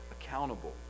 accountable